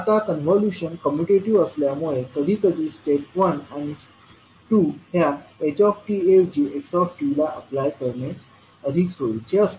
आता convolution commutative असल्यामुळे कधीकधी स्टेप वन आणि टू ह्या h ऐवजी x ला अप्लाय करणे अधिक सोयीचे असते